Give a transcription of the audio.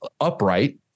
upright